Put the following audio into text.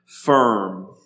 firm